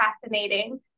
fascinating